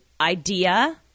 Idea